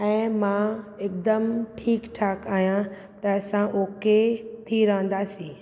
ऐं मां हिकु दमु ठीकु ठाकु आहियां त असां ओ के थी रहंदासीं